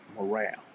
morale